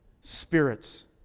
spirits